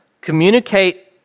communicate